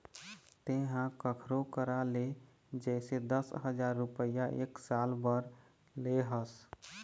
तेंहा कखरो करा ले जइसे दस हजार रुपइया एक साल बर ले हस